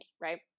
right